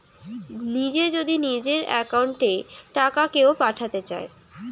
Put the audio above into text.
নিজে যদি নিজের একাউন্ট এ টাকা কেও পাঠাতে চায়